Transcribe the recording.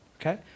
Okay